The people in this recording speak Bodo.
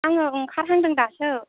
आङो ओंखारहांदों दासो